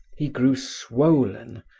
he grew swollen,